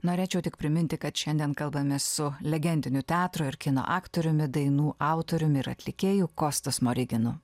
norėčiau tik priminti kad šiandien kalbamės su legendiniu teatro ir kino aktoriumi dainų autoriumi ir atlikėju kostu smoriginu